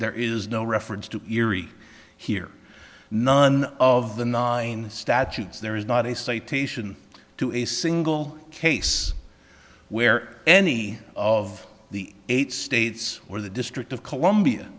there is no reference to erie here none of the nine statutes there is not a citation to a single case where any of the eight states or the district of columbia